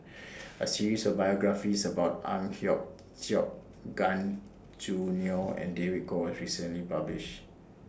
A series of biographies about Ang Hiong Chiok Gan Choo Neo and David Kwo recently published